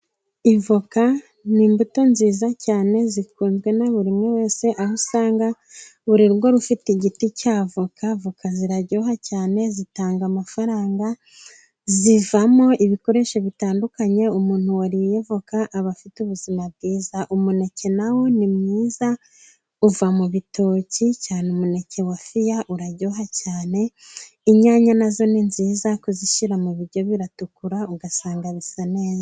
Ivoka n'imbuto nziza cyane zikunzwe na buri wese. Aho usanga buri rugo rufite igiti cy'avoka ziraryoha cyane, zitanga amafaranga zivamo ibikoresho bitandukanye. Umuntu wariye avoka aba afite ubuzima bwiza. Umuneke nawo ni mwiza uva mu bitoki cyane, umuneke wa fiya uraryoha cyane. Inyanya nazo ni nziza kuzishyira mu biryo biratukura ugasanga bisa neza.